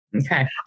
Okay